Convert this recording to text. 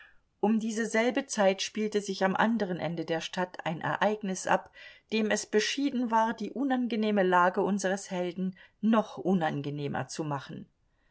um diese selbe zeit spielte sich am anderen ende der stadt ein ereignis ab dem es beschieden war die unangenehme lage unseres helden noch unangenehmer zu machen